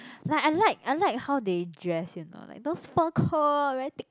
like I like I like how they dress you know those fur coat very thick